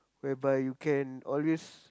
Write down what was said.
whereby you can always